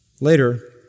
Later